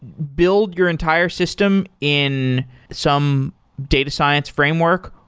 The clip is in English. build your entire system in some data science framework,